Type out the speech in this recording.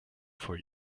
for